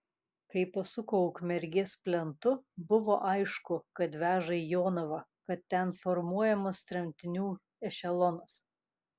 kai pasuko ukmergės plentu buvo aišku kad veža į jonavą kad ten formuojamas tremtinių ešelonas